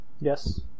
yes